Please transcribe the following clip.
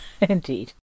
Indeed